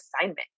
assignment